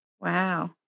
Wow